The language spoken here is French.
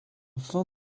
fin